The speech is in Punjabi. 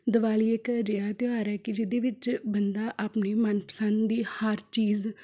ਦੀਵਾਲੀ ਇੱਕ ਅਜਿਹਾ ਤਿਉਹਾਰ ਹੈ ਕਿ ਜਿਹਦੇ ਵਿੱਚ ਬੰਦਾ ਆਪਣੀ ਮਨਪਸੰਦ ਦੀ ਹਰ ਚੀਜ਼